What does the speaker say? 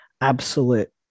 absolute